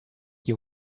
you